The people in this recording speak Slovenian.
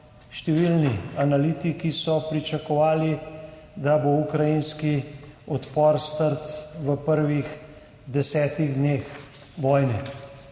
številni analitiki pričakovali, da bo ukrajinski odpor strt v prvih 10 dneh vojne.